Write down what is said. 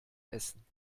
essen